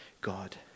God